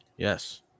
Yes